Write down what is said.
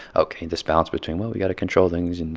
ok this balance between, well, we've got to control things, and,